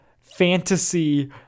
fantasy